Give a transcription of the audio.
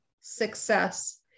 success